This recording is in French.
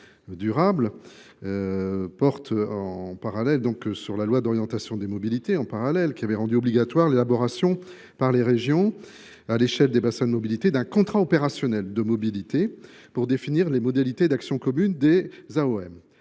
durable a pour objet une disposition de la loi d’orientation des mobilités, qui avait rendu obligatoire l’élaboration par les régions, à l’échelle des bassins de mobilité, d’un contrat opérationnel de mobilité pour définir les modalités de l’action commune des AOM.